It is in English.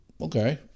okay